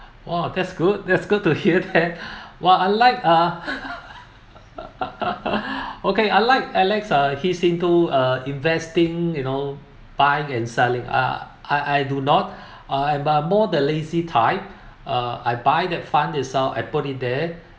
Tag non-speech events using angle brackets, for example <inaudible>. !wah! that's good that's good to <laughs> hear that <breath> !wah! I like uh <laughs> okay I like alex uh he's into uh investing you know buying and selling ah I I do not <breath> uh I'm more the lazy type uh I buy that fund itself I put it there